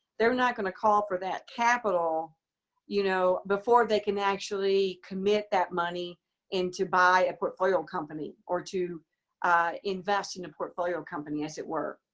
they're not going to call for that capital you know before they can actually commit that money and to buy a portfolio company, or to invest in a portfolio company, as it were.